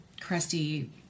crusty